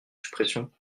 suppression